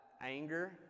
anger